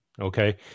okay